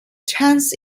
chance